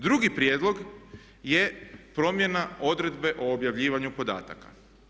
Drugi prijedlog je promjena odredbe o objavljivanju podataka.